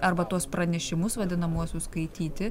arba tuos pranešimus vadinamuosius skaityti